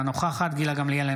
אינה נוכחת גילה גמליאל,